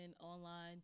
online